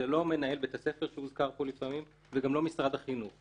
זה לא מנהל בית הספר שהוזכר פה לפעמים וגם לא משרד החינוך,